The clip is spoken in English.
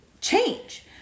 change